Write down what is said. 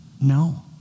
No